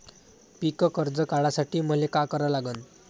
पिक कर्ज काढासाठी मले का करा लागन?